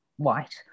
white